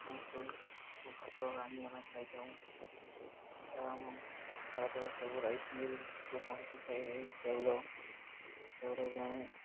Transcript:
ଆମେ ଚାଉଳକୁ ଭାତ ରାଣ ଆମେ ଖାଇଥାଉ ଏହା ଭାରତର ସବୁ ରାଇସ୍ ମିଲ୍କୁ ପହଞ୍ଚିଥାଏ ଏହି ଚାଉଳ ଏହି ଚାଉଳରୁ ଆମେ